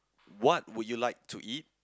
what would you like to eat